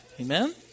amen